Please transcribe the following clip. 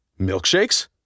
Milkshakes